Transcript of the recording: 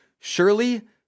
surely